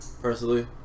personally